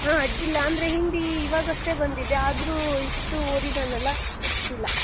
ಹಾಂ ಅಡ್ಡಿ ಇಲ್ಲ ಅಂದರೆ ಹಿಂದಿ ಇವಾಗಷ್ಟೇ ಬಂದಿದೆ ಆದರೂ ಇಷ್ಟು ಓದಿದ್ದಾನಲ್ಲ ಅಡ್ಡಿ ಇಲ್ಲ